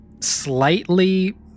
slightly